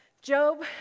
Job